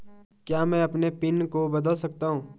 क्या मैं अपने पिन को बदल सकता हूँ?